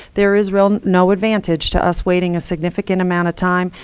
there is real no advantage to us waiting a significant amount of time.